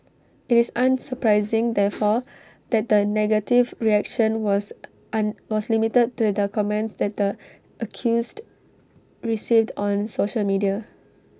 IT is unsurprising therefore that the negative reaction was an was limited to the comments that the accused received on social media